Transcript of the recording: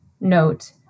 note